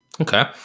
Okay